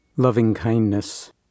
Loving-kindness